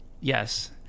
Yes